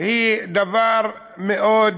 היא דבר שמדבר מאוד